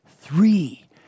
three